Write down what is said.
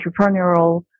entrepreneurial